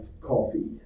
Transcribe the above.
coffee